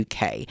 uk